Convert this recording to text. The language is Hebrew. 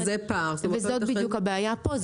זאת בדיוק הבעיה פה.